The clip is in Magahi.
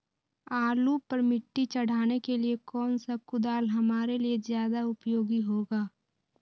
आलू पर मिट्टी चढ़ाने के लिए कौन सा कुदाल हमारे लिए ज्यादा उपयोगी होगा?